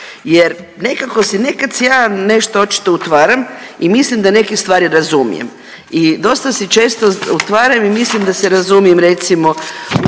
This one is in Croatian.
jer nekako se, nekad se ja nešto očito utvaram i mislim da neke stvari razumijem i dosta si često utvaram i mislim da se razumije, recimo,